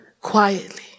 quietly